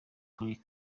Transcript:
clarke